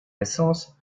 essence